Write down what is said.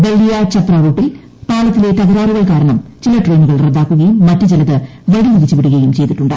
ബല്ലിയ ചപ്രാ റൂട്ടിൽ പാളത്തിലെ തകരാറുകൾ കാരണം ചില ട്രെയിനുകൾ റദ്ദാക്കുകയും മറ്റ് ചിലത് വഴി തിരിച്ചു വിടുകയും ചെയ്തിട്ടുണ്ട്